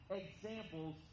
examples